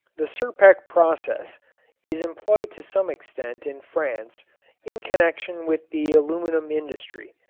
the serpek process is employed to some extent in france in connection with the aluminum industry.